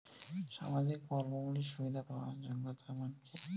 সামাজিক প্রকল্পগুলি সুবিধা পাওয়ার যোগ্যতা মান কি?